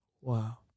Wow